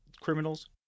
criminals